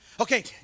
Okay